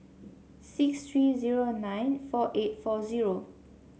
six three zero nine four eight four zero